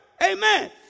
Amen